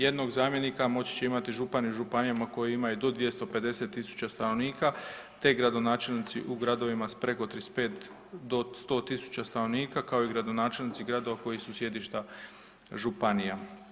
Jednog zamjenika moći će imati župani u županijama koje imaju do 250.000 stanovnika te gradonačelnici u gradovima s preko 35.000 do 100.000 stanovnika kao i gradonačelnici gradova koji su sjedišta županija.